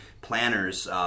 planners